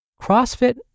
CrossFit